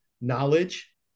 knowledge